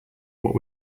what